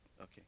Okay